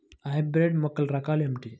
Hybrid మొక్కల రకాలు ఏమిటీ?